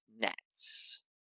Nets